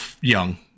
young